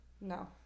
No